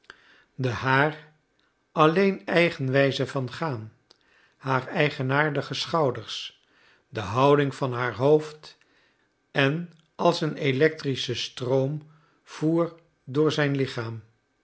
de haar alleen eigen wijze van gaan haar eigenaardige schouders de houding van haar hoofd en als een electrische stroom voer door zijn lichaam